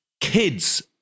kids